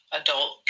adult